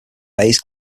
bass